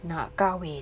nak kahwin